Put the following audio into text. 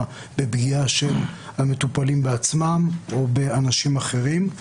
פגיעה של המטופלים בעצמם או באנשים אחרים.